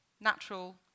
natural